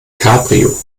cabrio